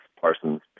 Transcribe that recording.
Parsons